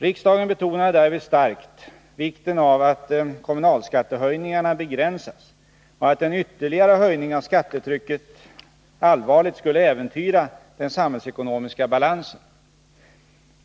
Riksdagen betonade därvid starkt vikten av att kommunalskattehöjningarna begränsas och att en ytterligare höjning av skattetrycket allvarligt skulle äventyra den samhällsekonomiska balansen.